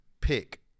pick